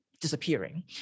disappearing